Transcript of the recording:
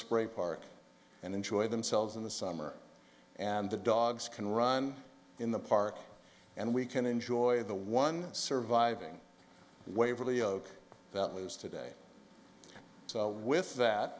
spray park and enjoy themselves in the summer and the dogs can run in the park and we can enjoy the one surviving waverly oak that we use today so with that